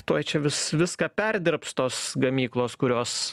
tuoj čia vis viską perdirbs tos gamyklos kurios